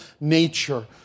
nature